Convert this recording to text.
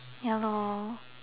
ya lor